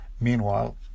Meanwhile